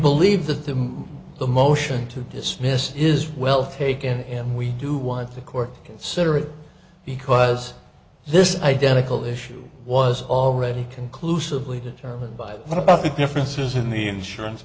believe that the the motion to dismiss is well taken and we do want the court siddur it because this is identical issue was already conclusively determined by what about the differences in the insurance